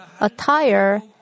attire